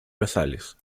basales